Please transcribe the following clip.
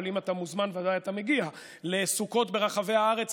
אבל אם אתה מוזמן ודאי אתה מגיע לסוכות ברחבי הארץ.